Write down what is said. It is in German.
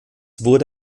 wurde